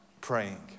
praying